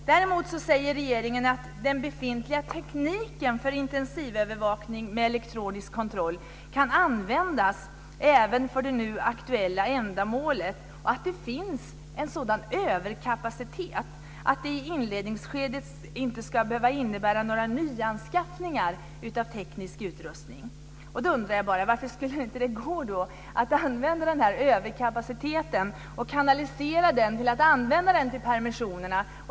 Däremot säger regeringen att den befintliga tekniken för intensivövervakning med elektronisk kontroll kan användas även för det nu aktuella ändamålet och att det finns en sådan överkapacitet att det i inledningsskedet inte ska behöva innebära några nyanskaffningar av teknisk utrustning. Då undrar jag bara: Varför skulle det inte gå att använda den här överkapaciteten, alltså att kanalisera den så att man använder den till permissionerna?